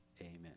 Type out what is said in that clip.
amen